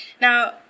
Now